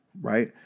right